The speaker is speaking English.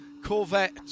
Corvette